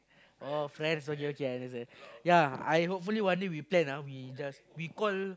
oh friends okay okay I understand ya I hopefully one day we plan ah we just we call